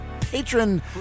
patron